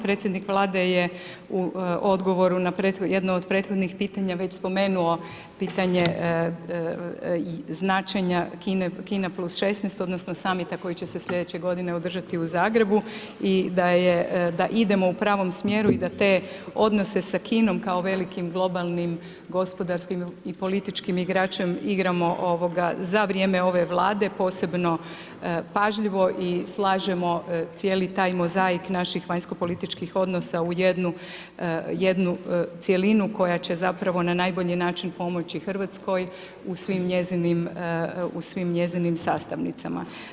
Predsjednik Vlade je u odgovoru na jedno od prethodnih pitanja već spomenuo pitanje značenja Kina plus 16 odnosno samita koji će se slijedeće godine održati u Zagrebu i da idemo u pravom smjeru i da te odnose sa Kinom kao velikim globalnim gospodarskim i političkim igračem igramo za vrijeme ove vlade, posebno pažljivo i slažemo cijeli taj mozaik naših vanjsko-političkih odnosa u jednu cjelinu koja će zapravo na najbolji način pomoći Hrvatskoj u svim njezinim sastavnicama.